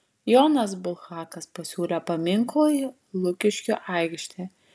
jonas bulhakas pasiūlė paminklui lukiškių aikštę